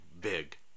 big